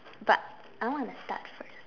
but I want to start first